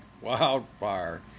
wildfire